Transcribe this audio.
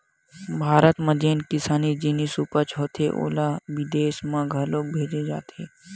भारत म जेन किसानी जिनिस उपज होथे ओला बिदेस म घलोक भेजे जाथे